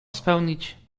spełnić